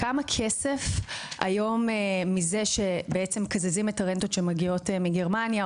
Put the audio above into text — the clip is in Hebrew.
זה שמקזזים את הרנטות שמגיעות מגרמניה,